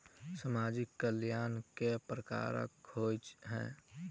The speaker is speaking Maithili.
सामाजिक कल्याण केट प्रकार केँ होइ है?